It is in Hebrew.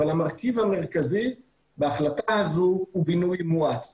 אבל המרכיב המרכזי בהחלטה הזו הוא בינוי מואץ.